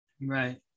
Right